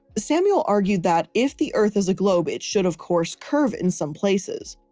samuel argued that if the earth is a globe, it should of course, curve in some places.